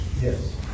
Yes